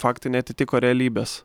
faktai neatitiko realybės